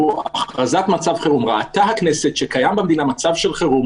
"הכרזת מצב חירום ראתה הכנסת שקיים במדינה מצב של חירום,